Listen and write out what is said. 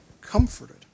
comforted